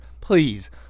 Please